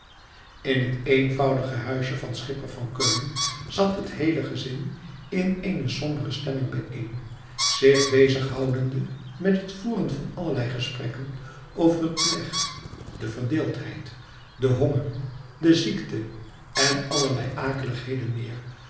in het eenvoudige huisje van schipper van keulen zat het heele gezin in eene sombere stemming bijeen zich bezighoudende met het voeren van allerlei gesprekken over het beleg de verdeeldheid den honger de ziekte en allerlei akeligheden meer